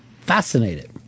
Fascinated